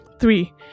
three